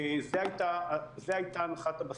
זו הייתה הנחת הבסיס.